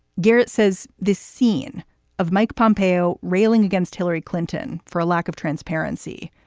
garrett says this scene of mike pompeo railing against hillary clinton for a lack of transparency,